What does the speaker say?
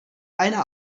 einer